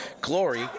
glory